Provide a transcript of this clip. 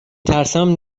ترسم